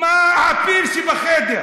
מה הפיל שבחדר?